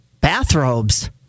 Bathrobes